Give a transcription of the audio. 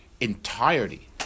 entirety